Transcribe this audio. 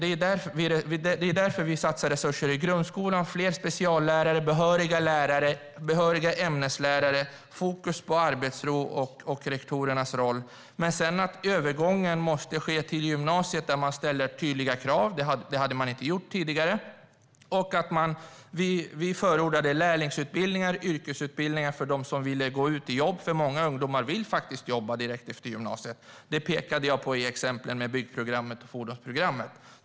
Det är därför vi satsar resurser i grundskolan: fler speciallärare, behöriga lärare, behöriga ämneslärare och fokus på arbetsro och rektorernas roll. Men övergången måste ske till gymnasiet, där man ställer tydliga krav. Det hade man inte gjort tidigare. Vi förordade lärlingsutbildningar och yrkesutbildningar för dem som vill gå ut i jobb. Många ungdomar vill jobba direkt efter gymnasiet; det pekade jag på i exemplet med byggprogrammet och fordonsprogrammet.